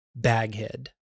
Baghead